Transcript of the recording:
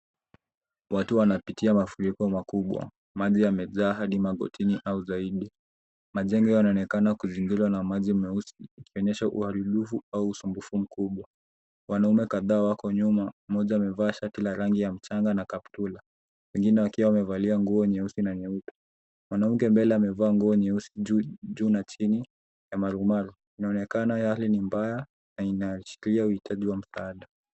Watu wanapitia mafuriko makubwa maji yamejaa hadi magotini au zaidi. Majengo yanaonekana kuzingatia uharibifu au usumbufu mkubwa. Wanaume kadhaa wako nyuma moja amevaa shati kila rangi ya mchanga na kaptula wengine wakiwa wamevalia nguo nyeusi na nyeupe. Mwanamke mbele amevaa nguo nyeusi juu juu na chini ya marumaru inaonekana yale ni mbaya na inashikilia uhitaji wa msaada.